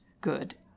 good